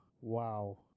Wow